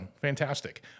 fantastic